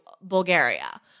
Bulgaria